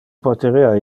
poterea